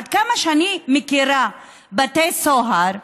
עד כמה שאני מכירה בתי סוהר,